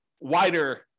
wider